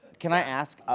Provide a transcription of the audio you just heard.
can i ask,